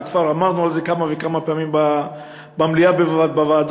וכבר דיברנו על זה כמה וכמה פעמים במליאה ובוועדות,